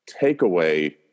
takeaway